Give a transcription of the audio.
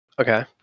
Okay